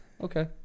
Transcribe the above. Okay